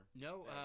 No